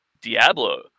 Diablo